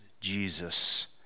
Jesus